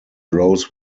grows